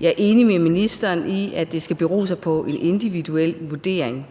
Jeg er enig med ministeren i, at det skal bero på en individuel vurdering,